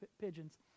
pigeons